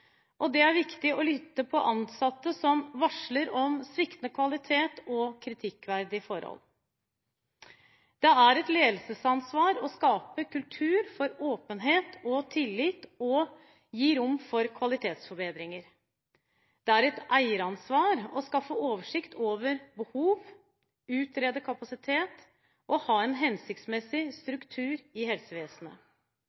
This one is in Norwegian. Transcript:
underkjent. Det er viktig å lytte til ansatte som varsler om sviktende kvalitet og kritikkverdige forhold. Det er et ledelsesansvar å skape kultur for åpenhet og tillit, og gi rom for kvalitetsforbedringer. Det er et eieransvar å skaffe oversikt over behov, utrede kapasitet og ha en hensiktsmessig